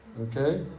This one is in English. Okay